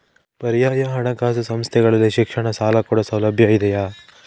ಪರ್ಯಾಯ ಹಣಕಾಸು ಸಂಸ್ಥೆಗಳಲ್ಲಿ ಶಿಕ್ಷಣ ಸಾಲ ಕೊಡೋ ಸೌಲಭ್ಯ ಇದಿಯಾ?